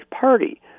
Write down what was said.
party